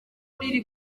bagenzi